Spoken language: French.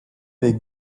avec